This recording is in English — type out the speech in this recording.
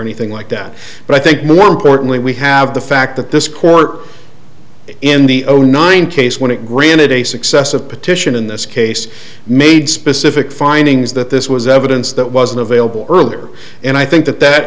anything like that but i think more importantly we have the fact that this court in the zero nine case when it granted a successive petition in this case made specific findings that this was evidence that wasn't available earlier and i think that that